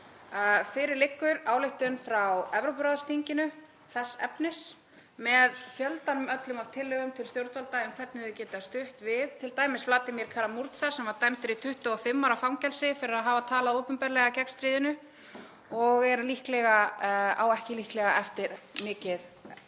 Fyrir liggur ályktun frá Evrópuráðsþinginu þess efnis með fjöldanum öllum af tillögum til stjórnvalda um hvernig þau geti stutt við t.d. Vladimír Kara-Murza sem var dæmdur í 25 ára fangelsi fyrir að hafa talað opinberlega gegn stríðinu og á líklega ekki eftir að